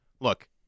look